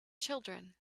children